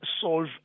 solve